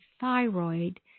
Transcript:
thyroid